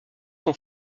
son